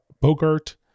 Bogart